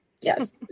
Yes